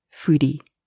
foodie